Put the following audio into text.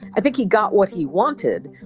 i think he got what he wanted.